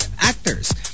actors